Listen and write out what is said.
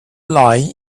lying